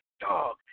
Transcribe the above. dog